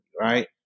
right